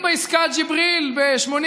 לכבוד הוא לי לברך אותך.